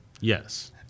Yes